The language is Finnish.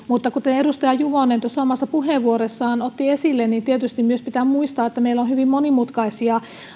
mutta kuten edustaja juvonen omassa puheenvuorossaan otti esille tietysti myös pitää muistaa että meillä on hyvin monimutkaisia